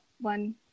one